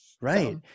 right